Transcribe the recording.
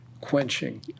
quenching